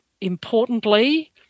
importantly